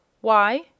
Why